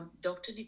Dr